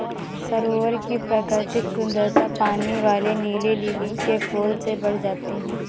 सरोवर की प्राकृतिक सुंदरता पानी वाले नीले लिली के फूल से बढ़ जाती है